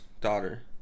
Daughter